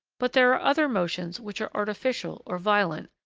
but there are other motions which are artificial or violent,